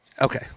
Okay